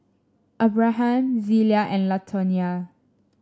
Abraham Zelia and Latonya